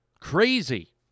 crazy